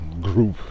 group